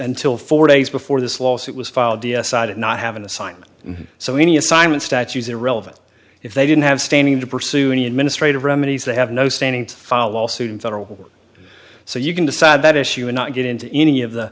until four days before this lawsuit was filed the side of not having to sign so any assignment statues irrelevant if they didn't have standing to pursue any administrative remedies they have no standing to file suit in federal so you can decide that issue and not get into any of the